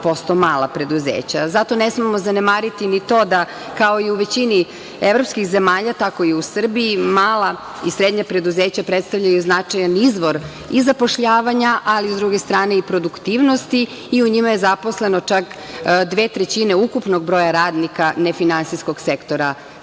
22% mala preduzeća. Zato ne smemo zanemariti ni to da kao i u većini evropskih zemalja, tako i u Srbiji mala i srednja preduzeća predstavljaju značajan izvor i zapošljavanja, ali i sa druge strane produktivnosti i u njima je zaposleno čak dve trećine ukupnog broja radnika nefinansijskog sektora privrede